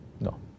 No